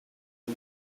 new